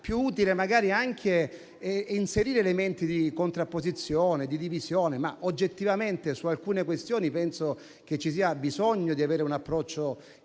più utile magari anche inserire elementi di contrapposizione e di divisione, ma oggettivamente su alcune questioni penso che ci sia bisogno di avere un approccio anche